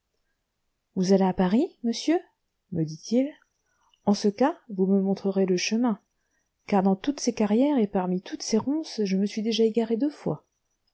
vous allez à paris monsieur me dit-il en ce cas vous me montrerez le chemin car dans toutes ces carrières et parmi toutes ces ronces je me suis déjà égaré deux fois